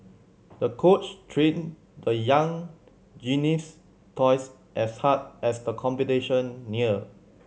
the coach trained the young gymnast twice as hard as the competition neared